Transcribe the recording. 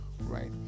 right